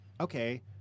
Okay